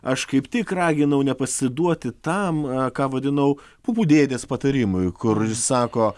aš kaip tik raginau nepasiduoti tam ką vadinau pupų dėdės patarimai kur sako